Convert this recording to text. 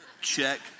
Check